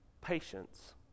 patience